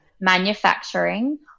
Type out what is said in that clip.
manufacturing